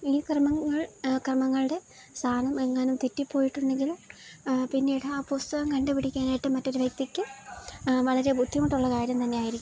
ഈ ക്രമങ്ങളുടെ സ്ഥാനമെങ്ങാനും തെറ്റിപ്പോയിട്ടുണ്ടെങ്കില് പിന്നീട് ആ പുസ്തകം കണ്ടുപിടിക്കാനായിട്ട് മറ്റൊരു വ്യക്തിക്ക് വളരെ ബുദ്ധിമുട്ടുള്ള കാര്യം തന്നെയായിരിക്കും